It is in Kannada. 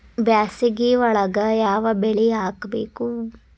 ಬ್ಯಾಸಗಿ ಒಳಗ ಯಾವ ಬೆಳಿ ಹಾಕಬೇಕು?